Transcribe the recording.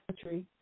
country